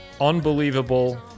unbelievable